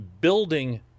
building